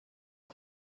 大学